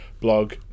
blog